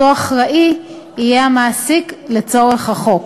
אותו אחראי יהיה המעסיק לצורך החוק.